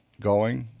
going,